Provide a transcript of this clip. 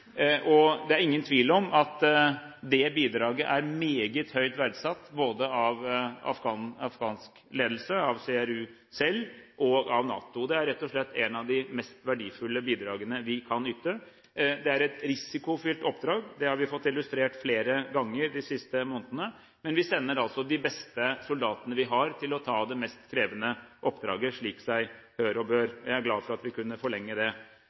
Det er ingen tvil om at det bidraget er meget høyt verdsatt både av afghansk ledelse, av CRU selv og av NATO. Det er rett og slett en av de mest verdifulle bidragene vi kan yte. Det er et risikofylt oppdrag – det har vi fått illustrert flere ganger de siste månedene, men vi sender altså de beste soldatene vi har til å ta det mest krevende oppdraget, slik seg hør og bør. Jeg er glad for at vi kunne forlenge det.